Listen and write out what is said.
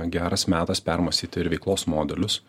geras metas permąstyti ir veiklos modelius